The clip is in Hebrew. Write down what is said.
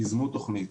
ייזמו תוכנית.